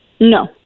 No